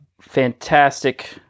Fantastic